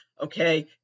okay